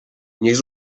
niech